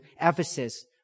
Ephesus